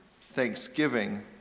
thanksgiving